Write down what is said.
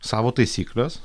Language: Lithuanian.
savo taisykles